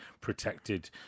protected